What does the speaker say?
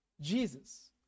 Jesus